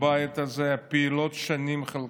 בבית הזה, שחלקן